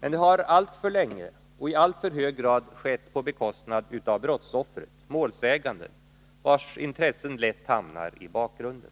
Men det har alltför länge och i alltför hög grad skett på bekostnad av brottsoffret — målsäganden — vars intressen lätt hamnar i bakgrunden.